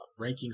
rankings